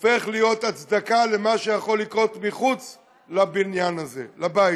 הופך להיות הצדקה למה שיכול לקרות מחוץ לבית הזה.